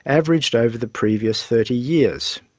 averaged over the previous thirty years.